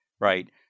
right